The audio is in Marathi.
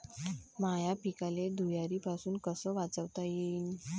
माह्या पिकाले धुयारीपासुन कस वाचवता येईन?